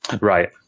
Right